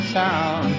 town